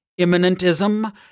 immanentism